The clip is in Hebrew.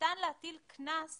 ניתן להטיל קנס